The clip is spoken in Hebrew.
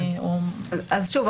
שוב,